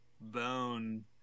bone